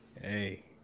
Hey